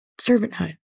servanthood